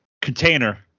container